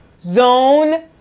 Zone